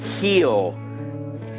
heal